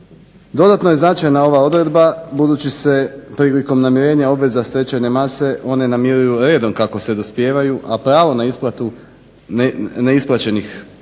Dodatno je značajna ova odredba budući se prilikom namirenja obveza stečajne mase one namjeruju redom kako se dospijevaju a pravo na isplatu neisplaćenih plaća